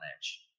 edge